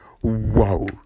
whoa